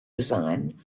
design